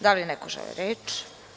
Da li neko želi reč?